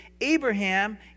Abraham